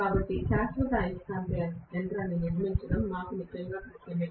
కాబట్టి శాశ్వత అయస్కాంత యంత్రాన్ని నిర్మించడం మాకు నిజంగా కష్టమే